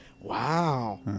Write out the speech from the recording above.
Wow